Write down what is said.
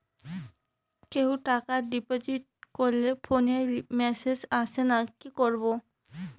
কেউ টাকা ডিপোজিট করলে ফোনে মেসেজ আসেনা কি করবো?